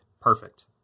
perfect